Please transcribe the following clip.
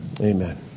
Amen